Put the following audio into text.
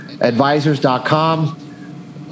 advisors.com